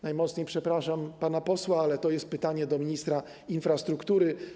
Najmocniej przepraszam pana posła, ale to jest pytanie do ministra infrastruktury.